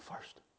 first